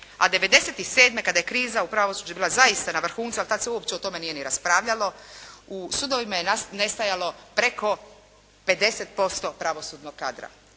a '97. kada je kriza u pravosuđu bila zaista na vrhuncu, ali tad se uopće o tome nije ni raspravljalo. U sudovima je nestajalo preko 50% pravosudnog kadra.